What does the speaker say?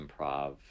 improv